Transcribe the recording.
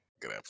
good